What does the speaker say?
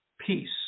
peace